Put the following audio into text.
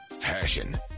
Passion